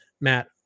Matt